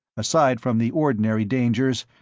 aside from the ordinary dangers,